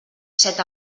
set